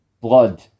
blood